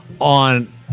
on